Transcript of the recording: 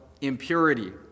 impurity